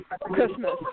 Christmas